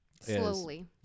Slowly